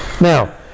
now